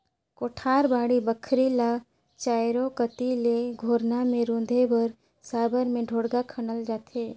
कोठार, बाड़ी बखरी ल चाएरो कती ले घोरना मे रूधे बर साबर मे ढोड़गा खनल जाथे